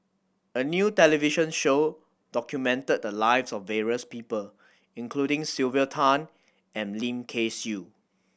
a new television show documented the lives of various people including Sylvia Tan and Lim Kay Siu